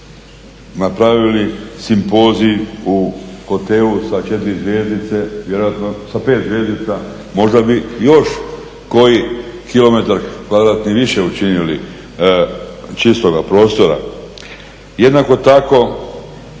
napravili simpozij u hotelu sa 4 zvjezdice, sa 5 zvjezdica, možda bi još koji kilometar kvadratni više učinili čistoga prostora. Jednako tako